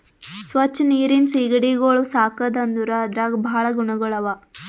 ಸ್ವಚ್ ನೀರಿನ್ ಸೀಗಡಿಗೊಳ್ ಸಾಕದ್ ಅಂದುರ್ ಅದ್ರಾಗ್ ಭಾಳ ಗುಣಗೊಳ್ ಅವಾ